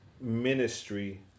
ministry